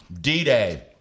D-Day